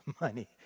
money